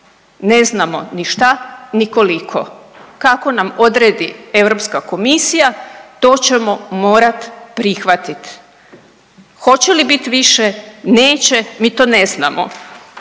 ne znamo ni šta, ni koliko. Kako nam odredi Europska komisija to ćemo morati prihvatiti. Hoće li biti više, neće, mi to ne znamo,